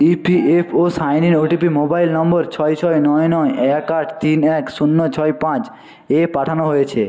EPFO sign in OTP mobile নম্বর ছয় ছয় নয় নয় এক আট তিন এক শূন্য ছয় পাঁচ এ পাঠানো হয়েছে